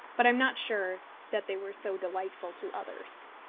but i am not sure that they were so delightful to others.